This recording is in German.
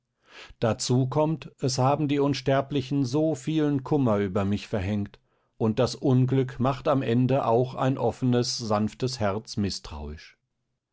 dazu kommt es haben die unsterblichen so vielen kummer über mich verhängt und das unglück macht am ende auch ein offenes sanftes herz mißtrauisch